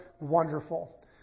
wonderful